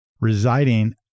residing